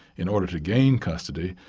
in order to gain custody,